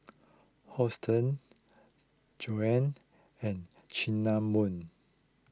Hortense Joan and Cinnamon